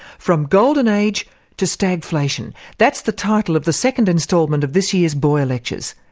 from golden age to stagflation that's the title of the second instalment of this year's boyer lectures.